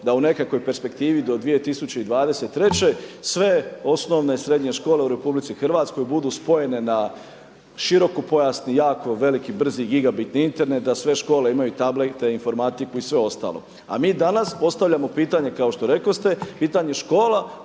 da u nekakvoj perspektivi do 2023. sve osnovne, srednje škole u RH budu spojene na širokopojasni jako veliki brzi gigabitni Internet, da sve škole imaju tablete, informatiku i sve ostalo. A mi danas postavljamo pitanje kao što rekoste, pitanje škola